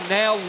now